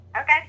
Okay